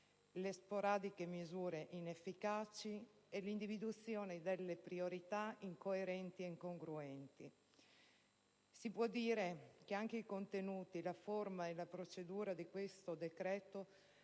le sporadiche misure inefficaci e l'individuazione delle priorità incoerenti ed incongruenti. Si può dire che anche i contenuti, la forma e la procedura di questo decreto-legge